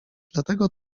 dlatego